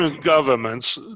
governments